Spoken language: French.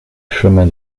chemin